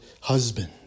husband